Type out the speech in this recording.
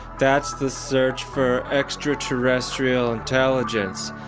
that's the search for extraterrestrial intelligence.